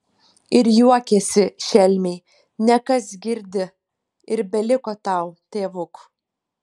ir juokėsi šelmiai nekas girdi ir beliko tau tėvuk